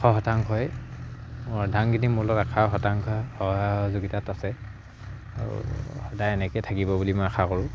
এশ শতাংশই মোৰ অৰ্ধাঙ্গিনী মূলত এশ শতাংশ সহায় সহযোগিতাত আছে আৰু সদায় এনেকে থাকিব বুলি মই আশা কৰোঁ